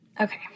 Okay